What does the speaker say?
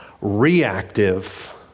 Reactive